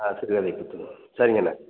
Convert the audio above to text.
ஆ சிறுகதை கொடுத்துட்றேன் சரிங்க அண்ணாச்சி